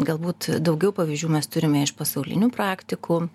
galbūt daugiau pavyzdžių mes turime iš pasaulinių praktikų